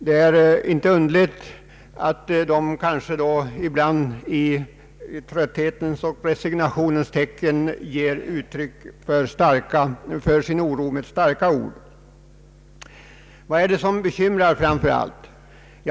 Det är inte underligt att de kanske då ibland i trötthetens och resignationens tecken ger uttryck för sin oro med mycket starka ord. Vad är det som bekymrar framför allt?